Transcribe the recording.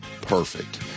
Perfect